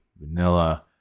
vanilla